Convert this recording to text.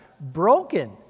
broken